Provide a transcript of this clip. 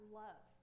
love